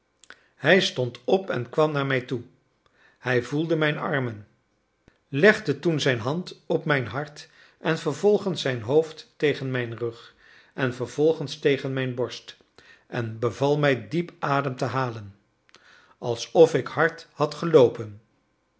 hij stond op en kwam naar mij toe hij voelde mijn armen legde toen zijn hand op mijn hart en vervolgens zijn hoofd tegen mijn rug en vervolgens tegen mijn borst en beval mij diep adem te halen alsof ik hard had geloopen